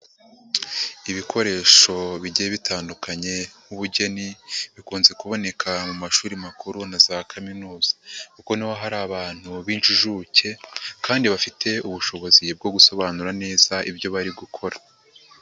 Ibikoresho bigiye bitandukanye nk'ubugeni bikunze kuboneka mu mashuri makuru na za kaminuza kuko ni ho hari abantu b'injijuke kandi bafite ubushobozi bwo gusobanura neza ibyo bari gukora.